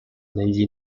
dagli